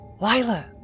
Lila